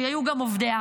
שהיו גם עובדיה.